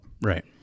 right